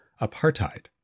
apartheid